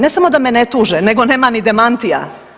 Ne samo da me ne tuže nego nema ni demantija.